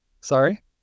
sorry